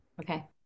Okay